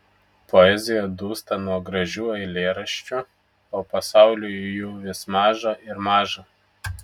poezija dūsta nuo gražių eilėraščių o pasauliui jų vis maža ir maža